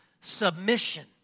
submission